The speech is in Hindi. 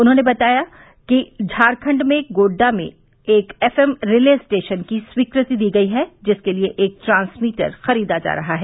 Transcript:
उन्होंने कहा कि झारखंड में गोड्डा में एक एफ एम रिले स्टेशन की स्वीकृति दी गई है जिसके लिए एक ट्रांसमीटर खरीदा जा रहा है